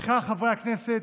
בכך, חברי הכנסת,